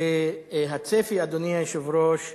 הצפי, אדוני היושב-ראש,